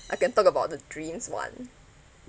I can talk about the dreams [one]